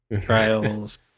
Trials